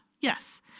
yes